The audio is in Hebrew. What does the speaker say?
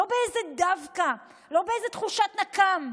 לא באיזה דווקא, לא באיזה תחושת נקם,